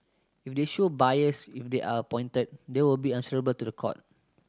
if they show bias if they are appointed they will be answerable to the court